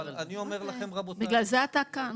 בגלל זה אתה כאן